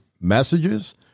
messages